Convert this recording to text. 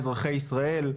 אזרחי ישראל,